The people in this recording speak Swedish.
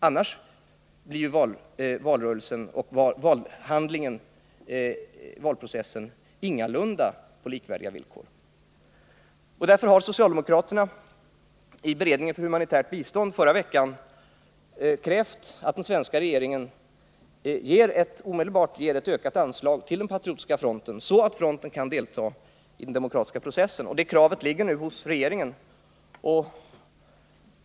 Annars sker valrörelsen och valprocessen ingalunda på likvärdiga villkor. Socialdemokraterna har därför i beredningen för humanitärt bistånd förra veckan krävt att den svenska regeringen omedelbart ger ett ökat anslag till Patriotiska fronten så att den kan delta i den demokratiska processen. Det kravet ligger hos regeringen.